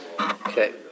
okay